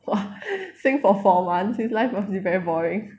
!wah! sing for four months his life must be very boring